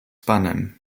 panem